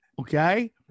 Okay